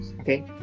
Okay